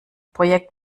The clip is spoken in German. projekt